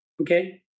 Okay